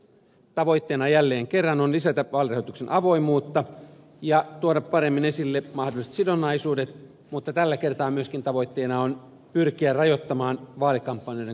tavoitteena jälleen kerran on lisätä vaalirahoituksen avoimuutta ja tuoda paremmin esille mahdolliset sidonnaisuudet mutta tällä kertaa myöskin tavoitteena on pyrkiä rajoittamaan vaalikampanjoiden kulujen kasvua